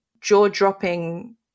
jaw-dropping